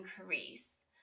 increase